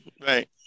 Right